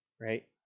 right